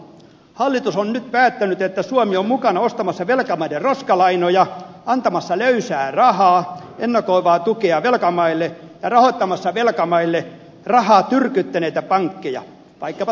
hallitus on nyt päättänyt että suomi on mukana ostamassa velkamaiden roskalainoja antamassa löysää rahaa ennakoivaa tukea velkamaille ja rahoittamassa velkamaille rahaa tyrkyttäneitä pankkeja vaikkapa saksalaisia pankkeja